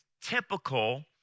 typical